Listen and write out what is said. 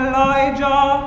Elijah